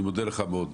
אני מודה לך מאוד.